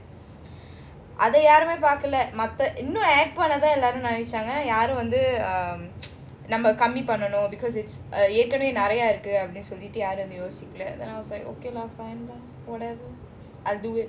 அதயாருமேபார்க்கலமத்தஇன்னும்:adha yarume parkala maththa innum add பண்ணத்தான்எல்லோரும்நெனச்சங்கயாரும்வந்துநம்மகம்மிபண்ணனும்:pannathan ellorum nenachanga yarum vandhu namma kammi pannanum um because it's ஏற்கனவேநெறயஇருக்குஅப்டினுசொல்லிட்டுயாருமேவந்துயோசிக்கல:yerkanave neraya iruku apdinu sollitu yarume vandhu yosikala then I was like okay lah fine whatever I will do it